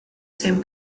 same